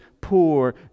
poor